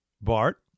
Bart